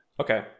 Okay